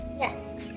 Yes